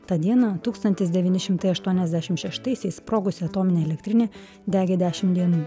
tą dieną tūkstantis devyni šimtai aštuoniasdešimt šeštaisiais sproguso atominė elektrinė degė dešimt dienų